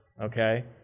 Okay